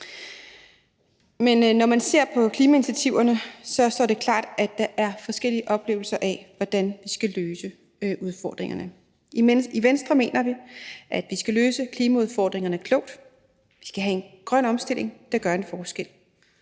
Men når man ser på klimainitiativerne, står det klart, at der er forskellige oplevelser af, hvordan vi skal løse udfordringerne. I Venstre mener vi, at vi skal løse klimaudfordringerne klogt, vi skal have en grøn omstilling, der gør en forskel.